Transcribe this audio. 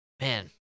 Man